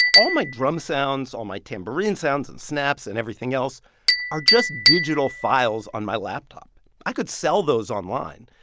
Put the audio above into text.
all my drum sounds, all my tambourine sounds and snaps and everything else are just digital files on my laptop. i could sell those online.